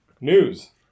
news